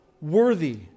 worthy